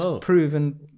proven